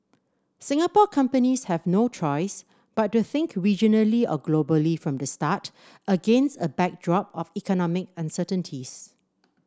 Singapore companies have no choice but to think regionally or globally from the start against a backdrop of economic uncertainties